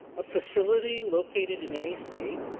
a facility located in any state.